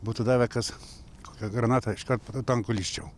būtų davę kas kokią granatą iškart po tuo tanku lįsčiau